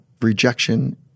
rejection